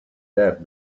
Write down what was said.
that